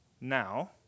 now